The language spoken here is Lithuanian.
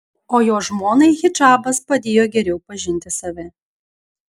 o jo žmonai hidžabas padėjo geriau pažinti save